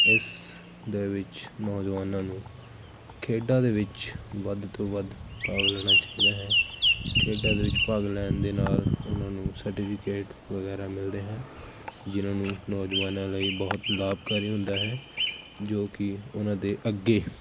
ਇਸ ਦੇ ਵਿੱਚ ਨੌਜਵਾਨਾਂ ਨੂੰ ਖੇਡਾਂ ਦੇ ਵਿੱਚ ਵੱਧ ਤੋਂ ਵੱਧ ਭਾਗ ਲੈਣਾ ਚਾਹੀਦਾ ਹੈ ਖੇਡਾਂ ਦੇ ਵਿੱਚ ਭਾਗ ਲੈਣ ਦੇ ਨਾਲ ਉਹਨਾਂ ਨੂੰ ਸਰਟੀਫਿਕੇਟ ਵਗੈਰਾ ਮਿਲਦੇ ਹਨ ਜਿਨਾਂ ਨੂੰ ਨੌਜਵਾਨਾਂ ਲਈ ਬਹੁਤ ਲਾਭਕਾਰੀ ਹੁੰਦਾ ਹੈ ਜੋ ਕਿ ਉਹਨਾਂ ਦੇ ਅੱਗੇ